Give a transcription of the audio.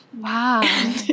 Wow